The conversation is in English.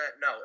No